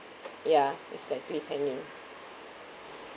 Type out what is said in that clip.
ya is like still hanging